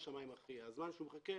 לשמאי המכריע והזמן שהוא מחכה